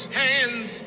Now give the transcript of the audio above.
hands